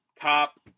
cop